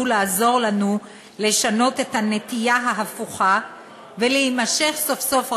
לעזור לנו לשנות את הנטייה ההפוכה ולהימשך סוף-סוף,